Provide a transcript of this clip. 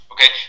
Okay